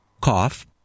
cough